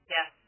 Yes